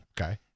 Okay